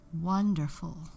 Wonderful